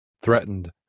threatened